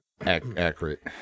Accurate